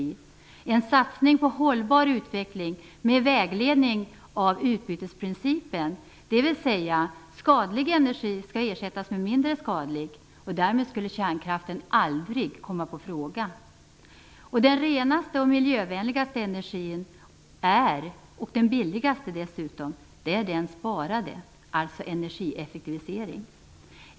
Det skall vara en satsning på en hållbar utveckling med vägledning av utbytesprincipen, dvs. att skadlig energi skall ersättas med mindre skadlig energi. Därmed skulle kärnkraften aldrig komma på fråga. Den renaste, miljövänligaste och dessutom billigaste energin är den sparade, alltså energieffektiviseringen.